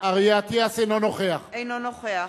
אטיאס, אינו נוכח